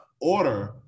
order